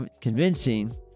convincing